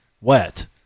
wet